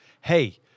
hey